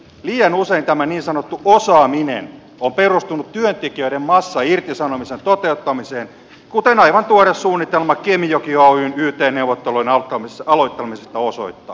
liian usein tämä niin sanottu osaaminen on perustunut työntekijöiden massairtisanomisen toteuttamiseen kuten aivan tuore suunnitelma kemijoki oyn yt neuvottelujen aloittamisesta osoittaa